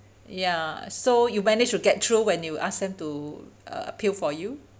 ya so you managed to get through when you ask them to uh appeal for you